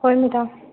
ꯍꯣꯏ ꯃꯦꯗꯥꯝ